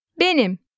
Benim